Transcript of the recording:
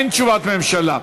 אין תשובת ממשלה.